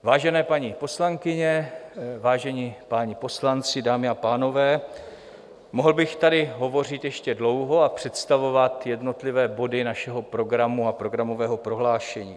Vážené paní poslankyně, vážení páni poslanci, dámy a pánové, mohl bych tady hovořit ještě dlouho a představovat jednotlivé body našeho programu a programového prohlášení.